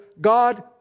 God